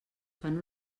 fan